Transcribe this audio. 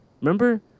Remember